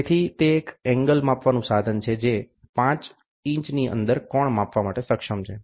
તેથી તે એક એંગલ માપવાનું સાધન છે જે 5'ની અંદર કોણ માપવા માટે સક્ષમ છે